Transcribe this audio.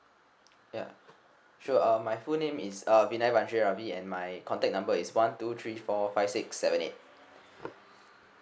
ya sure uh my full name is uh R A V I and my contact number is one two three four five six seven eight